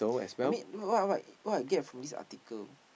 I mean what what what I get from this article